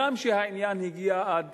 גם כשהעניין הגיע עד